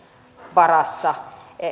varassa